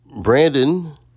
Brandon